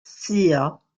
suo